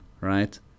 right